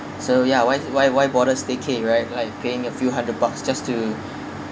so ya why why why bother staycay right like paying a few hundred bucks just to